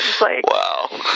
Wow